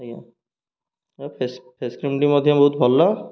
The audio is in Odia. ଆଜ୍ଞା ହଁ ଫେସ୍ ଫେସ୍ କ୍ରିମ୍ଟି ମଧ୍ୟ ବହୁତ ଭଲ